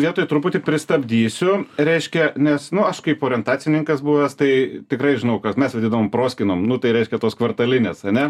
vietoj truputį pristabdysiu reiškia nes nu aš kaip orientacininkas buvęs tai tikrai žinau kad mes ateidavome proskynom nu tai reiškia tos kvartalinės ane